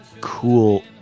cool